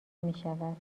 میشود